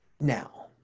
Now